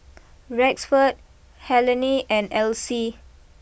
Rexford Helene and Elsie